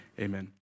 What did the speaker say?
amen